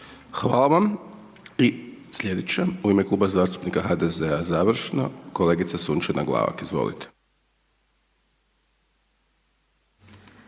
Hvala vam. I sljedeća, u ime Kluba zastupnika HDZ-a, završno, kolegica Sunčana Glavak. Izvolite.